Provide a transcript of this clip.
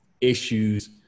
issues